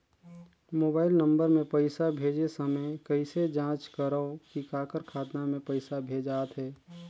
Mobile number मे पइसा भेजे समय कइसे जांच करव की काकर खाता मे पइसा भेजात हे?